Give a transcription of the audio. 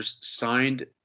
signed